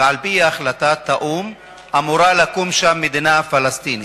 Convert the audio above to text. ועל-פי החלטת האו"ם אמורה לקום שם מדינה פלסטינית.